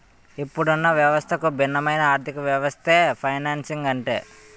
ఇప్పుడున్న వ్యవస్థకు భిన్నమైన ఆర్థికవ్యవస్థే ఫైనాన్సింగ్ అంటే